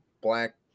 black